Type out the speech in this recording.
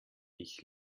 ich